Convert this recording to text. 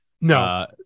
No